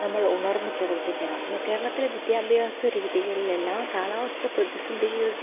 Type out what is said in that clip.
നമ്മൾ ഉണർന്ന് പ്രവർത്തിക്കണം കേരളത്തിലെ വിദ്യാഭ്യാസ രീതികളിലെല്ലാം കാലാവസ്ഥ പ്രതിസന്ധികൾ